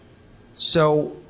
so,